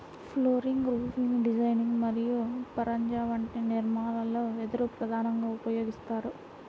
flooring, roofing designing మరియు పరంజా వంటి నిర్మాణాలలో వెదురు ప్రధానంగా ఉపయోగిస్తారు